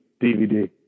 DVD